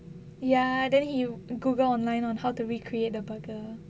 ya then he Google online on how to recreate the burger